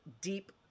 deep